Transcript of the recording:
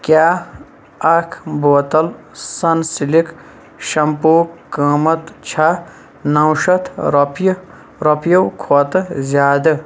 کیٛاہ اَکھ بوتل سن سِلٕک شمپوٗ قٍمتھ چھا نَو شَتھ رۅپیہِ رۄپیوٕ کھۅتہٕ زِیٛادٕ